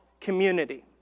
community